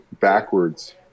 backwards